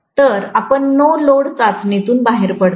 तर आपण no load चाचणीतून बाहेर पडतो